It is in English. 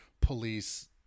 police